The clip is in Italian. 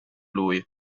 lui